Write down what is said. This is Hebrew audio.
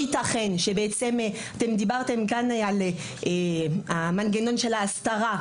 דיברתם כאן על מנגנון ההסתרה.